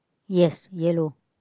yes yellow